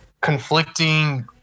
conflicting